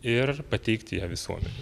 ir pateikti ją visuomenei